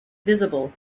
visible